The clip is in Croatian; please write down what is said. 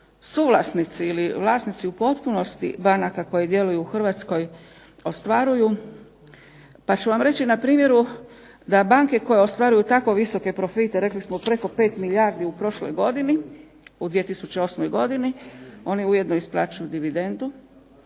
suvlasnici ili vlasnici u potpunosti banaka koje djeluju u Hrvatskoj ostvaruju pa ću vam reći na primjeru da banke koje ostvaruju tako visoke profite, rekli smo preko 5 milijardi u prošloj godini, u 2008. godini oni ujedno isplaćuju dividendu.